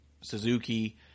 Suzuki